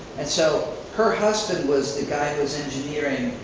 and so her husband was the guy who was engineering,